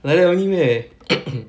like that only meh